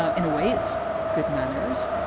ah in a way, it's good manners,